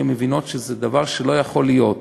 כי הן מבינות שזה דבר שלא יכול להיות,